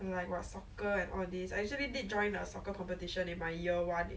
早起没关系还要去运动 eh